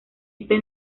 este